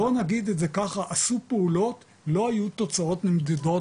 עשו פעולות, לא היו תוצאות מדידות